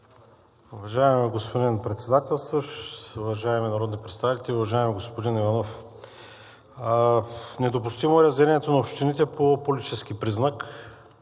Уважаеми господин Председател, уважаеми народни представители! Уважаеми господин Иванов, недопустимо е разделянето на общините по политически признак